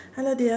hello dear